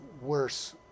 worse